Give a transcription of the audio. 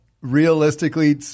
realistically